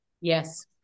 Yes